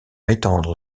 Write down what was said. étendre